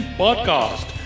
podcast